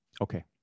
Okay